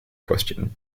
question